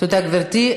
תודה, גברתי.